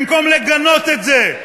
במקום לגנות את זה,